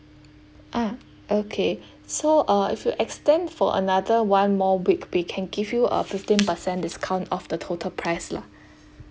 ah okay so uh if you extend for another one more week we can give you a fifteen percent discount off the total price lah